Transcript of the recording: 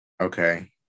Okay